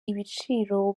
ibiciro